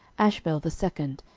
ashbel the second,